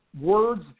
words